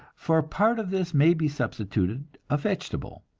for a part of this may be substituted a vegetable,